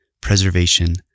preservation